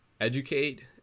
educate